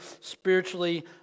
spiritually